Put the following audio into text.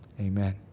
Amen